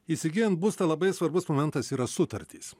įsigyjan būstą labai svarbus momentas yra sutartys